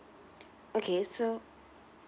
okay so